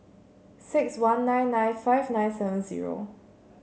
six one nine nine five nine seven zero